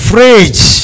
Fridge